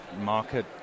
market